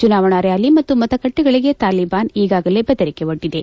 ಚುನಾವಣಾ ರ್ಯಾಲಿ ಮತ್ತು ಮತಗಟ್ಟೆಗಳಿಗೆ ತಾಲಿಬಾನ್ ಈಗಾಗಲೇ ಬೆದರಿಕೆ ಒಡ್ಡಿದೆ